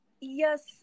Yes